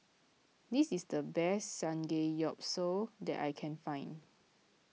this is the best Samgeyopsal that I can find